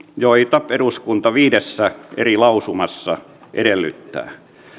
joita eduskunta viidessä eri lausumassa edellyttää